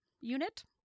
unit